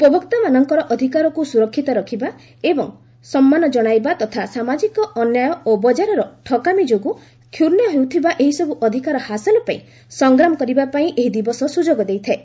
ଉପଭୋକ୍ତାମାନଙ୍କର ଅଧିକାରକୁ ସୁରକ୍ଷିତ ରଖିବା ଏବଂ ସନ୍ମାନ ଜଣାଇବା ତଥା ସାମାଜିକ ଅନ୍ୟାୟ ଓ ବଜାରର ଠକାମୀ ଯୋଗୁଁ କ୍ଷୁଣ୍ଣ ହେଉଥିବା ଏହିସବୁ ଅଧିକାର ହାସଲ ପାଇଁ ସଫଗ୍ରାମ କରିବା ପାଇଁ ଏହି ଦିବସ ସୁଯୋଗ ଦେଇଥାଏ